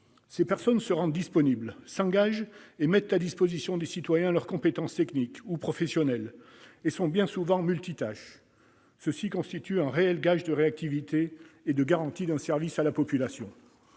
Ces personnes se rendent disponibles, s'engagent et mettent à disposition des citoyens leurs compétences techniques ou professionnelles, et sont bien souvent multitâches. C'est un réel gage de réactivité et la garantie d'un service à la population.